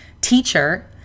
teacher